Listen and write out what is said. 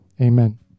Amen